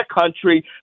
country